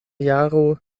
jaro